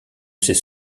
ses